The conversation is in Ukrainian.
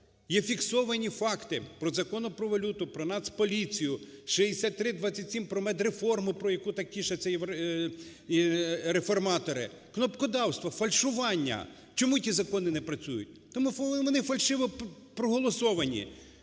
Є фіксовані факти по Закону про валюту, про Нацполіцію, 6327 про медреформу, про яку так тішаться реформатори - кнопкодавство, фальшування. Чому ті закони не працюють? Тому що вони фальшиво проголосовані.